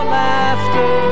laughter